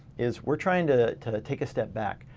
is we're trying to to take a step back.